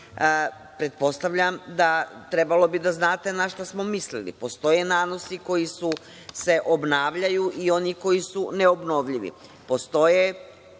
pretpostavljam da bi trebalo da znate na šta smo mislili. Postoje nanosi koji se obnavljaju i oni koji su neobnovljivi. Postoje